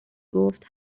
گفت